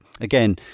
Again